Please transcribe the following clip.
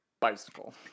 bicycle